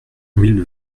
mille